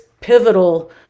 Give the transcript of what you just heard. pivotal